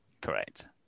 Correct